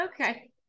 Okay